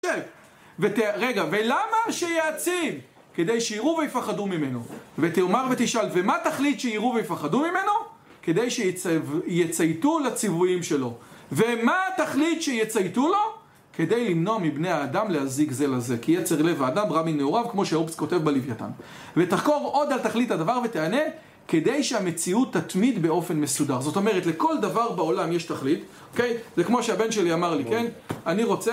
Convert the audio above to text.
רגע, ולמה שיעצים? כדי שיראו ויפחדו ממנו. ותאמר ותשאל, ומה תחליט שיראו ויפחדו ממנו? כדי שיצייתו לציוויים שלו ומה תחליט שיצייתו לו? כדי למנוע מבני האדם להזיק זה לזה. כי יצר לב האדם רע מנעוריו. כמו שאופס כותב בלווייתן. ותחקור עוד על תכלית הדבר ותענה כדי שהמציאות תתמיד באופן מסודר זאת אומרת, לכל דבר בעולם יש תכלי, אוקי ?זה כמו שהבן שלי אמר לי, כן? אני רוצה...